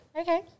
Okay